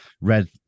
red